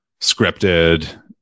scripted